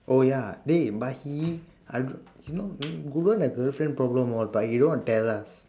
oh ya dey but he I don't know Google girlfriend problem all but he don't want to tell us